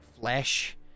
flesh